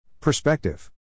Perspective